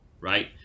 right